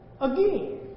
again